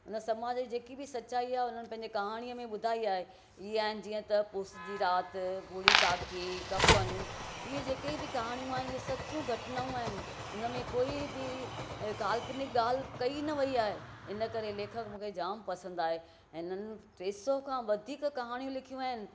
उन समाज जी जेकी बि सचाई आहे उन्हनि पंहिंजे कहाणीअ में ॿुधाई आहे इहे आहिनि जीअं त उस जी राति बूढ़ी काकी कफ़नु इहे जेके बि कहाणियूं आहिनि सचियूं घटनाऊं आहिनि उन में कोई बि काल्पनिकु ॻाल्हि कई न वेई आहे इन करे हीउ लेखकु मुंखे जामु पसंदि आहे ऐं उन्हनि टे सौ खां वधीकु कहाणियूं लिखियूं आहिनि